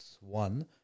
one